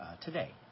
today